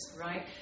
right